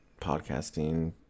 Podcasting